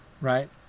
right